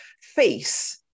face